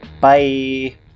Bye